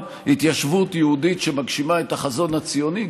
התיישבות יהודית שמגשימה את החזון הציוני,